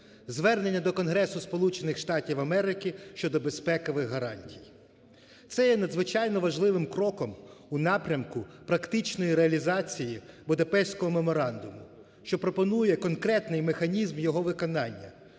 звернення до Конгресу Сполучених Штатів Америки щодо безпекових гарантій. Це є надзвичайно важливим кроком у напрямку практичної реалізації Будапештського меморандуму, що пропонує конкретний механізм його виконання